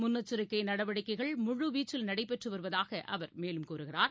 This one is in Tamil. முன்னெச்சரிக்கைநடவடிக்கைகள் முழுவீச்சில் நடைபெற்றுவருவதாகஅவர் மேலும் கூறுகிறார்